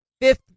fifth